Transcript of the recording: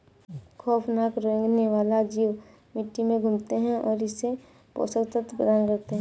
खौफनाक रेंगने वाले जीव मिट्टी में घूमते है और इसे पोषक तत्व प्रदान करते है